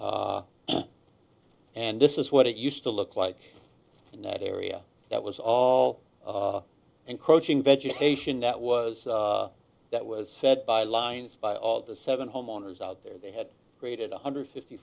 and this is what it used to look like in that area that was all encroaching vegetation that was that was fed by lines by all the seven homeowners out there they had created one hundred fifty